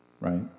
right